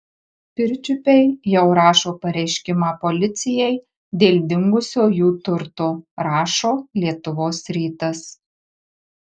pirčiupiai jau rašo pareiškimą policijai dėl dingusio jų turto rašo lietuvos rytas